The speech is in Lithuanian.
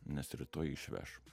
nes rytoj išveš